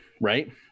right